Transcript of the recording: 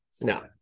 No